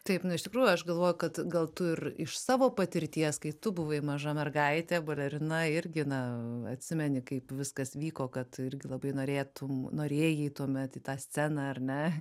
taip nu iš tikrųjų aš galvoju kad gal tu ir iš savo patirties kai tu buvai maža mergaitė balerina irgi na atsimeni kaip viskas vyko kad irgi labai norėtum norėjai tuomet į tą sceną ar ne